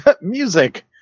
Music